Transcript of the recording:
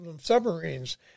submarines